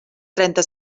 trenta